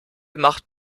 macht